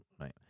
Right